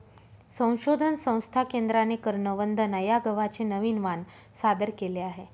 संशोधन संस्था केंद्राने करण वंदना या गव्हाचे नवीन वाण सादर केले आहे